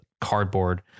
cardboard